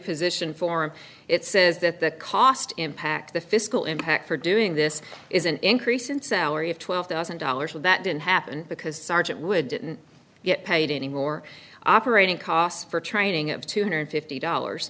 position form it says that the cost impact the fiscal impact for doing this is an increase in salary of twelve thousand dollars and that didn't happen because sergeant wood didn't get paid any more operating costs for training up to two hundred fifty dollars